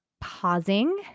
pausing